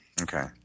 Okay